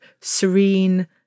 serene